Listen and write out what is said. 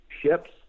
ships